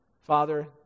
Father